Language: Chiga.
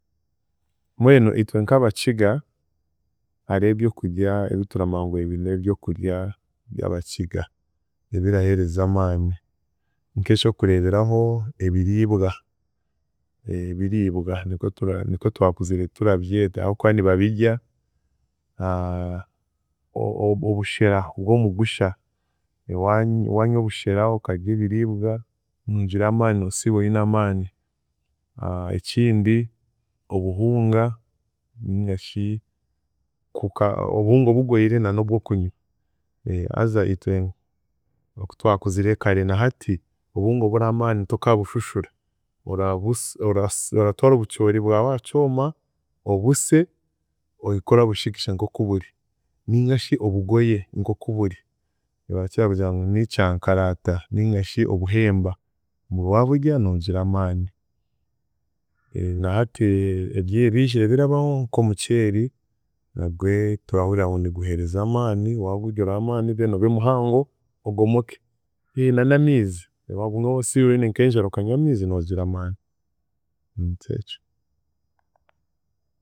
Mbwenu itwe nk'Abakiga, hariho ebyokudya ebitaramanya ngu ebi n’ebyokudya by'Abakiga ebiraheereza amaani nk’eky'okureeberaho ebiiriibwa ebiriibwa nikwera twakuzire turabyeta ahokuba nibabidya, o- o- obushera bw’omugusha wa- wanywa obushera okadya ebiriibwa noogira amaani noosiiba oine amaani ekindi obuhunga ningashi kuka obuhunga abugoire nan'obwokunywa haza itwe oku twakuzire kare na hati obuhunga oburaha amaani tokaabushushura orabusa orasa oratwara obucoori bwawe aha kyoma, obuse, ohike orabushigisha nk'oku buri ningashi obugoye nk'oburi, barakira kugira ngu nikyankarata nigashi obuhemba, waabudya noogira amaani nahati ebi- ebiijire birabaho nk’omuceeri nagwe turahurira ngu niguheereza amaani, waagudya ora- amaani then obe muhango ogomoke, na na amiizi, na woosiibire oine nk’enjara okanywa amiizi noogira amaani nikyekyo.